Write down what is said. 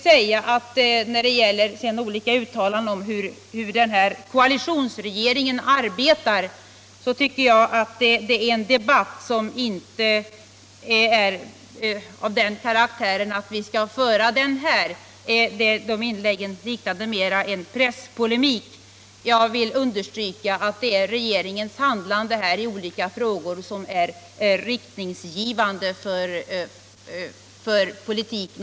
När det sedan gäller olika uttalanden om hur koalitionsregeringen arbetar tycker jag att den debatten inte är av den karaktären att vi skall föra den här i riksdagen. De inläggen liknade mera en presspolemik. Jag vill understryka att det är regeringens handlande i olika frågor som är riktningsgivande för politiken.